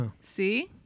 See